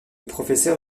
professeur